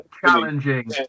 challenging